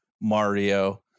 Mario